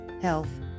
health